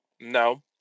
No